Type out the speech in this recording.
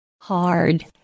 hard